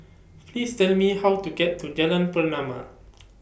Please Tell Me How to get to Jalan Pernama